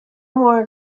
more